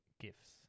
gifts